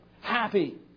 happy